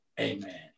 Amen